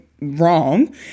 wrong